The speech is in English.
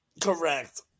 Correct